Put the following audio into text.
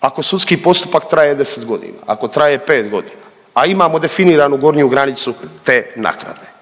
ako sudski postupak traje 10 godina, ako traje 5 godina, a imamo definiranu gornju granicu te naknade.